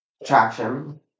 Attraction